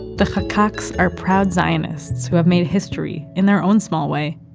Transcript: the chakaks are proud zionists who have made history, in their own small way.